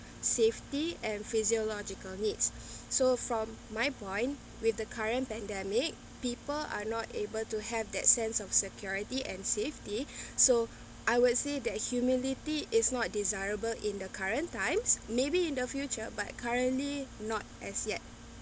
safety and physiological needs so from my point with the current pandemic people are not able to have that sense of security and safety so I would say that humility is not desirable in the current times maybe in the future but currently not as yet